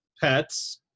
pets